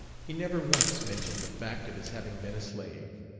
he never once mentioned the fact of his having been a slave.